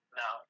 no